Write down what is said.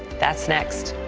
that's next.